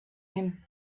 him